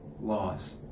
laws